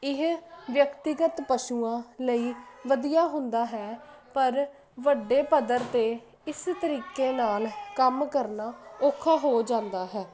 ਇਹ ਵਿਅਕਤੀਗਤ ਪਸ਼ੂਆ ਲਈ ਵਧੀਆ ਹੁੰਦਾ ਹੈ ਪਰ ਵੱਡੇ ਪੱਧਰ ਤੇ ਇਸ ਤਰੀਕੇ ਨਾਲ ਕੰਮ ਕਰਨਾ ਔਖਾ ਹੋ ਜਾਂਦਾ ਹੈ